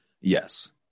yes